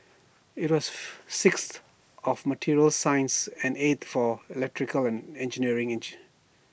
IT was sixth of materials science and eighth for electrical and engineering inch